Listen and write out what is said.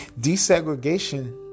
Desegregation